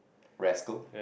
rascal